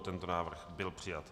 Tento návrh byl přijat.